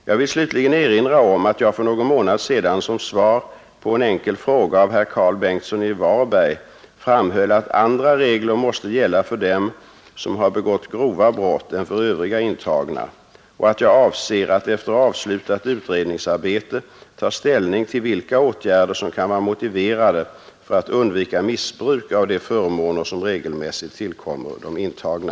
Jag vill slutligen erinra om att jag för någon månad sedan som svar på en enkel fråga av herr Karl Bengtsson i Varberg framhöll att andra regler måste gälla för dem som har begått grova brott än för övriga intagna och att jag avser att efter avslutat utredningsarbete ta ställning till vilka åtgärder som kan vara motiverade för att undvika missbruk av de förmåner som regelmässigt tillkommer de intagna.